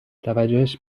توجهش